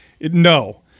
No